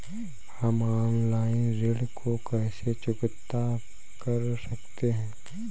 हम ऑनलाइन ऋण को कैसे चुकता कर सकते हैं?